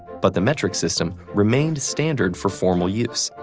but the metric system remained standard for formal use,